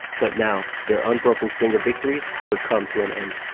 but now, their unbroken string of victories would come to an end.